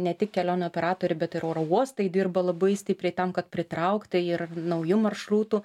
ne tik kelionių operatori bet ir oro uostai dirba labai stipriai tam kad pritraukti ir naujų maršrutų